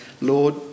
Lord